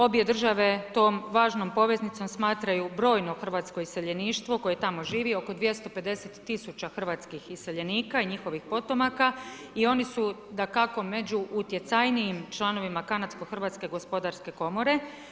Obje države tom važnom poveznicom smatraju brojno hrvatsko iseljeništvo koje tamo živi oko 250 tisuća hrvatskih iseljenika i njihovih potomaka i oni su dakako među utjecajnijim članovima Kanadsko-hrvatske gospodarske komore.